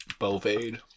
Bovade